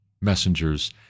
messengers